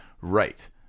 right